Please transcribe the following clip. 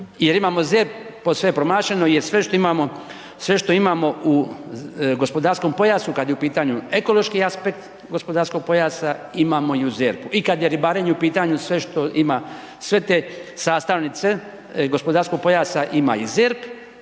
promašeno jer sve što imamo, sve što imamo u gospodarskom pojasu kad je u pitanju ekološki aspekt gospodarskog pojasa imamo i u ZERP-u i kad je ribarenje u pitanju sve što ima, sve te sastavnice gospodarskog pojasa ima i ZERP,